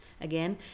again